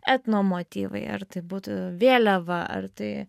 etnomotyvai ar tai būtų vėliava ar tai